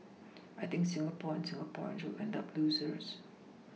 I think Singapore and Singaporeans will end up losers